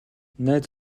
найз